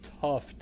tough